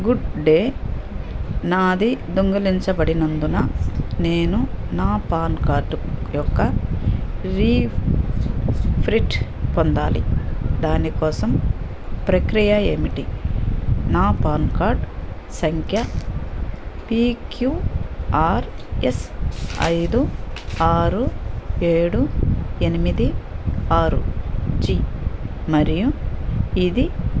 good day నాది దొంగిలించబడినందున నేను నా పాన్ కార్డు యొక్క రీప్రింట్ పొందాలి దాని కోసం ప్రక్రియ ఏమిటి నా పాన్ కార్డ్ సంఖ్య పీ క్యూ ఆర్ ఎస్ ఐదు ఆరు ఏడు ఎనిమిది ఆరు జీ మరియు ఇది